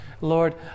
Lord